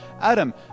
Adam